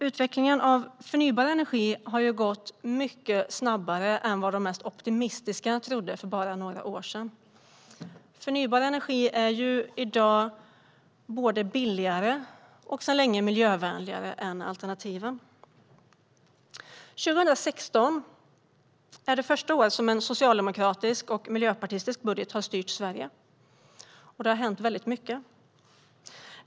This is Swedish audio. Utvecklingen av förnybar energi har gått mycket snabbare än vad de mest optimistiska trodde för bara några år sedan. Förnybar energi är ju i dag både billigare och sedan länge miljövänligare än alternativen. År 2016 är det första år som en socialdemokratisk och miljöpartistisk budget har styrt Sverige. Och det har hänt väldigt mycket.